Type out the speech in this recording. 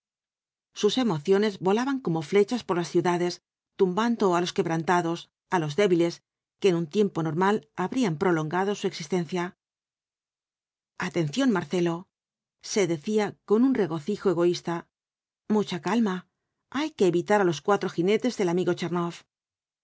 sus emociones volaban como flechas por las ciudades tumbando á los quebrantados á los débiles que en tiempo normal habrían prolongado su existencia atención marcelo se decía con un regocijo egoísta mucha calma hay que evitar á los cuatro jinetes del amigo